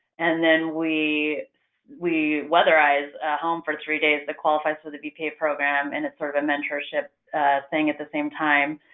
and then we we weatherize a home for three days that qualifies for the bpa program. and it's sort of a mentorship thing at the same time.